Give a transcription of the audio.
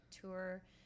tour